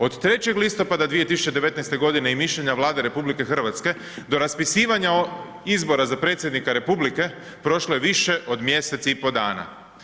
Od 3. listopada 2019. godine i mišljenja Vlade RH do raspisivanja izbora za predsjednika Republike prošlo je više od mjesec i pol dana.